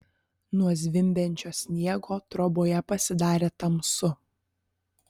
nuo zvimbiančio sniego troboje pasidarė tamsu